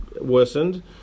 worsened